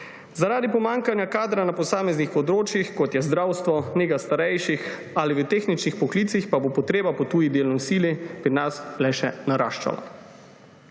Zaradi pomanjkanja kadra na posameznih področjih, kot je zdravstvo, nega starejših ali v tehničnih poklicih, pa bo potreba po tuji delovni sili pri nas le še naraščala.